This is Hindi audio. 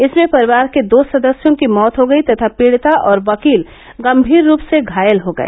इसमें परिवार के दो सदस्यों की मौत हो गई तथा पीडिता और वकील गंभीर रूप से घायल हो गए